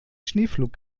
schneepflug